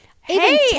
hey